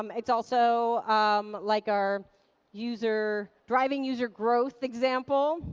um it's also um like our user, driving user growth example.